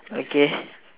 okay